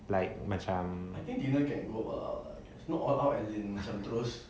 like macam